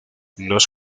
los